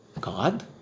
God